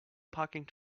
parking